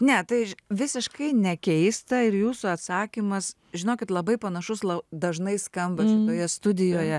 ne tai ž visiškai ne keista ir jūsų atsakymas žinokit labai panašus la dažnai skamba toje studijoje